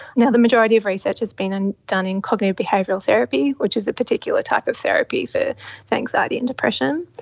yeah the majority of research has been and done in cognitive behavioural therapy, which is a particular type of therapy for anxiety and depression.